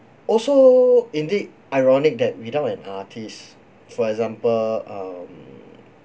also indeed ironic that without an artist for example um